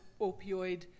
opioid